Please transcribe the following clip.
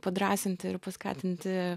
padrąsinti ir paskatinti